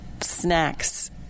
snacks